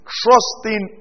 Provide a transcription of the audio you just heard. trusting